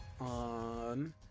on